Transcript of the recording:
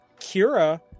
Kira